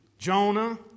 Jonah